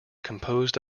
composed